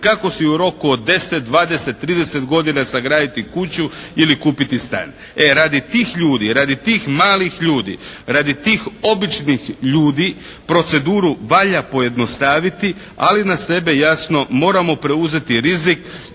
kako si u roku od 10, 20, 30 godina sagraditi kuću ili kupiti stan. E radi tih ljudi, radi tih malih ljudi, radi tih običnih ljudi proceduru valja pojednostaviti ali na sebe jasno moramo preuzeti rizik